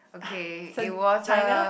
okay it was a